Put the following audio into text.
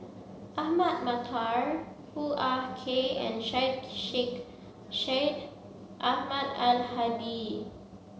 Ahmad Mattar Hoo Ah Kay and Syed Sheikh Syed Ahmad Al Hadi